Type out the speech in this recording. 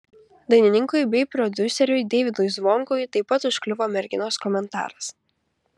dainininkui bei prodiuseriui deivydui zvonkui taip pat užkliuvo merginos komentaras